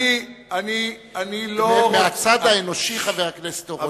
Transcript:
אני לא, מהצד האנושי, חבר הכנסת אורון,